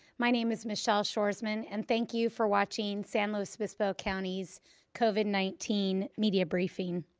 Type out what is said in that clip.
my name is michelle shoresman and thank you for watching san luis obispo county's covid nineteen media briefing.